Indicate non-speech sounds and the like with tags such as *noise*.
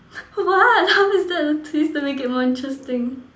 *laughs* what how is that a twist to make it more interesting